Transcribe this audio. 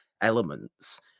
elements